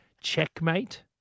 checkmate